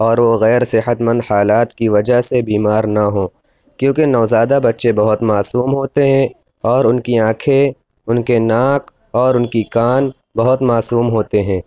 اور وہ غیر صحت مند حالات کی وجہ سے بیمار نہ ہوں کیوں کہ نوزادہ بچے بہت معصوم ہوتے ہیں اور ان کی آنکھیں ان کے ناک اور ان کی کان بہت معصوم ہوتے ہیں